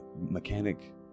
mechanic